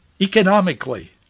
economically